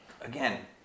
again